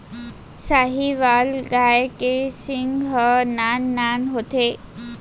साहीवाल गाय के सींग ह नान नान होथे